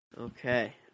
Okay